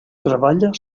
treballa